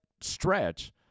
stretch